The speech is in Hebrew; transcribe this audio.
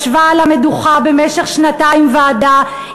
ישבה על המדוכה במשך שנתיים ועדה,